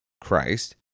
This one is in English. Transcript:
Christ